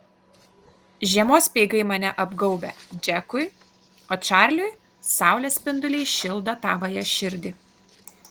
žiemos speigai mane apgaubia džekui o čarliui saulės spinduliai šildo tavąją širdį